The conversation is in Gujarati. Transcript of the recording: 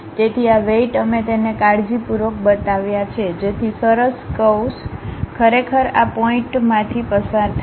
તેથી આ વેઇટ અમે તેને કાળજીપૂર્વક બતાવ્યા છે જેથી સરસ કર્વ્સ ખરેખર આ પોઇન્ટપોઇન્ટઓમાંથી પસાર થાય